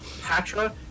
Patra